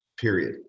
period